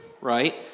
right